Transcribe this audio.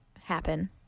happen